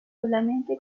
solamente